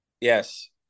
Yes